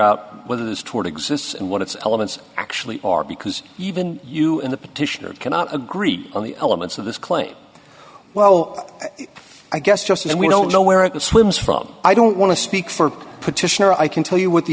out whether this toward exists and what its elements actually are because even you and the petitioner cannot agree on the elements of this claim well i guess just as we don't know where the swims from i don't want to speak for petitioner i can tell you what the